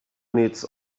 needs